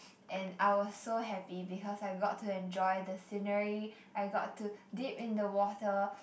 and I was so happy because I got to enjoy the scenery I got to dip in the water